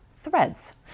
Threads